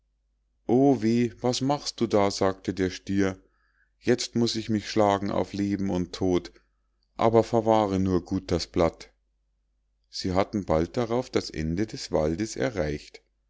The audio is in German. o weh was machst du da sagte der stier jetzt muß ich mich schlagen auf leben und tod aber verwahre nur gut das blatt sie hatten bald darauf das ende des waldes erreicht